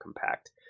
compact